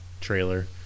trailer